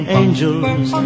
angels